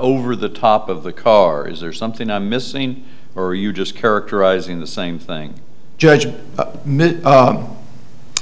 over the top of the cars are something i'm missing or are you just characterizing the same thing judge a minute